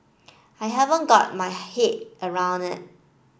I haven't got my head around it